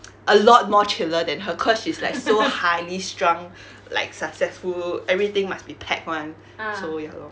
a lot more chiller than her cause she's like so highly strung like successful everything must be packed [one] so ya lor